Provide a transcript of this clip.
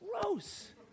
gross